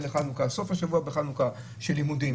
בחנוכה.